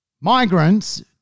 migrants